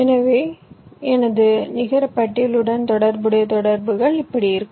எனவே நிகர பட்டியலுடன் தொடர்புடைய தொடர்புகள் இப்படி இருக்கும்